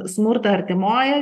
smurtą artimojoj